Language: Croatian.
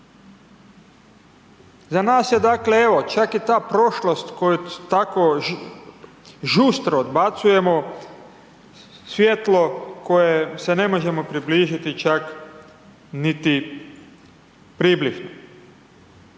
dakle, evo, čak i ta prošlost koju tako žustro odbacujemo, svijetlo kojem se ne možemo približiti čak niti približno.